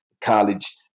College